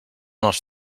els